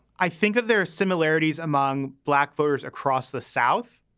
i think there are similarities among black voters across the south.